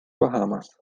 bahamas